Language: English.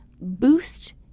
boost